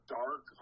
dark